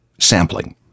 Sampling